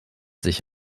sich